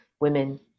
women